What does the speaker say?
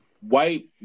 white